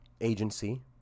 agency